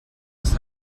ist